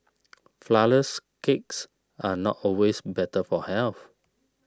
Flourless Cakes are not always better for health